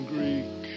Greek